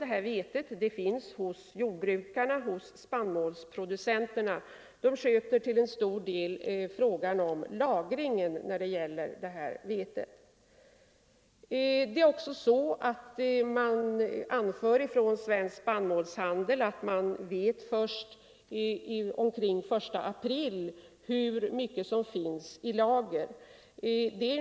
Det här vetet finns emellertid hos jordbrukarna, hos spannmålsproducenterna, som till stor Ang. u-landshjäldel sköter lagringen. pen Man anför också från Svensk spannmålshandel att man först omkring den 1 april vet hur mycket som finns i lager.